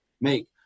make